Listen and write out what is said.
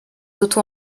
auto